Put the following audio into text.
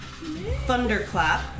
Thunderclap